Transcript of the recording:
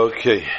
Okay